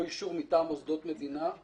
או אישור מטעם מוסדות מדינה,